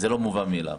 זה לא מובן מאליו.